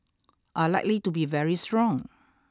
are likely to be very strong